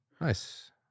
Nice